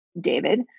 David